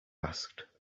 asked